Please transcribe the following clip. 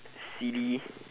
silly